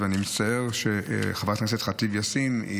ואני מצטער שחברת הכנסת ח'טיב יאסין היא